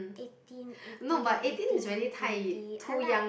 eighteen eighteen eighteen twenty I like